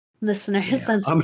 listeners